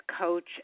coach